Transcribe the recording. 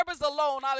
alone